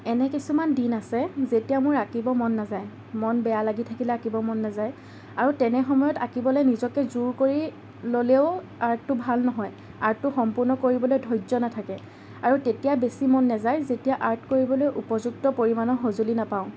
এনে কিছুমান দিন আছে যেতিয়া মোৰ আঁকিব মন নাযায় মন বেয়া লাগি থাকিলে আঁকিব মন নাযায় আৰু তেনে সময়ত আঁকিবলৈ নিজকে জোৰ কৰি ল'লেও আৰ্টটো ভাল নহয় আৰ্টটো সম্পূৰ্ণ কৰিবলৈ ধৈৰ্য্য় নাথাকে আৰু তেতিয়া বেছি মন নাযায় যেতিয়া আৰ্ট কৰিবলৈ উপযুক্ত পৰিমাণৰ সঁজুলি নাপাওঁ